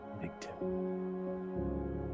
Victim